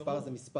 מספר הוא מספר.